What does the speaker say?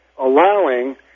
allowing